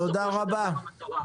תודה רבה.